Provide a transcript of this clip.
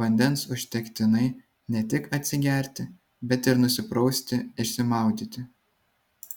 vandens užtektinai ne tik atsigerti bet ir nusiprausti išsimaudyti